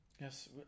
Yes